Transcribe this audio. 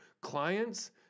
clients